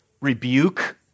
rebuke